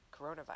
coronavirus